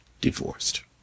divorced